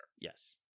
Yes